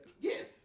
Yes